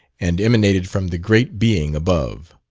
and emanated from the great being above.